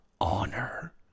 honor